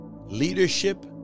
leadership